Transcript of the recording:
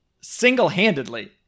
single-handedly